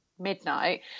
midnight